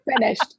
finished